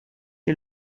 est